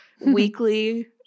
weekly